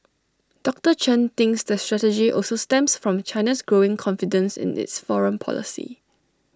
doctor Chen thinks the strategy also stems from China's growing confidence in its foreign policy